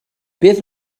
beth